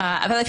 עוד קצת.